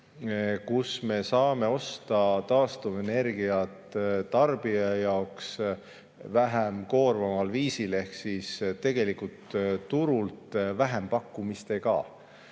kui me saame osta taastuvenergiat tarbija jaoks vähem koormaval viisil, ehk siis tegelikult turult vähempakkumistega.